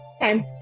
time